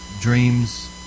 dreams